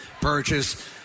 purchase